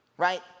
right